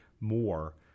more